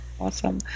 awesome